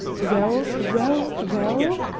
well? well? well?